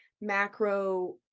macro